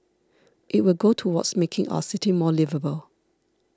it will go towards making our city more liveable